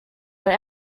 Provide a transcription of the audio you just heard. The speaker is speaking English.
are